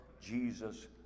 Jesus